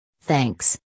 Thanks